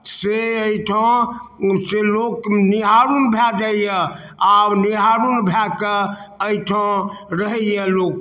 से एहिठाँ से लोक निहारुल भए जाइया आ निहारुल भएके एहिठाँ रहैया लोक